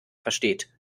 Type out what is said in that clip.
versteht